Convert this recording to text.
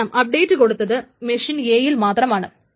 കാരണം അപ്ഡേറ്റ് കൊടുത്തത് machine A യിൽ മാത്രമാണ്